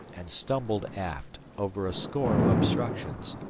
and stumbled aft, over a score of obstructions,